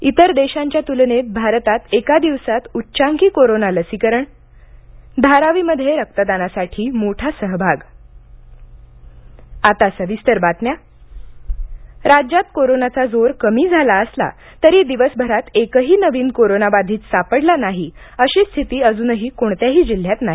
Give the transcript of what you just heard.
इतर देशांच्या तुलनेत भारतात एका दिवसात उच्चांकी कोरोना लसीकरण कोविड राज्यात कोरोनाचा जोर कमी झाला असला तरी दिवसभरात एकही नवीन कोरोना बाधित सापडला नाही अशी स्थिती अजूनही कोणत्याही जिल्ह्यात नाही